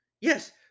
Yes